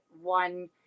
one